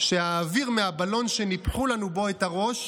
שהאוויר מהבלון שניפחו לנו בו את הראש